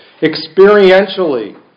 Experientially